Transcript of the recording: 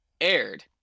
aired